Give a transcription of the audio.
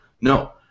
No